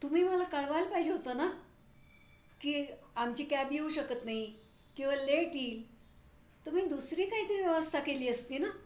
तुम्ही मला कळवायला पाहिजे होतं ना की आमची कॅब येऊ शकत नाही किंवा लेट येईल तर मी दुसरी काही तरी व्यवस्था केली असती ना